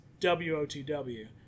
WOTW